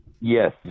Yes